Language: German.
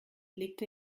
legte